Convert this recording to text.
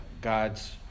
God's